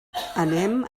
anem